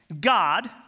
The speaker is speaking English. God